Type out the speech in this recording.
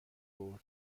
برد